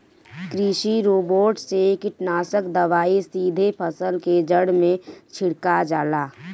कृषि रोबोट से कीटनाशक दवाई सीधे फसल के जड़ में छिड़का जाला